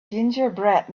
gingerbread